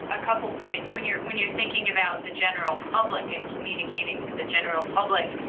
a couple of points, when you're when you're thinking about the general public and communicating to the general public,